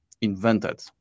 invented